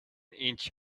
inch